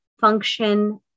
function